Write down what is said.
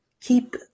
keep